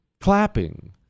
clapping